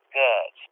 good